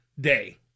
day